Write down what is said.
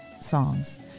songs